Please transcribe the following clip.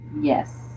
Yes